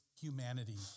humanity